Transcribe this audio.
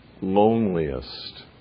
loneliest